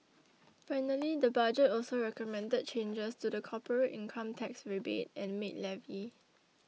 finally the budget also recommended changes to the corporate income tax rebate and maid levy